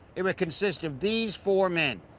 it would consist of these four men.